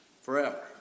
forever